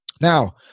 Now